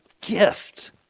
gift